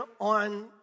on